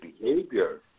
behavior